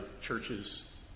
churches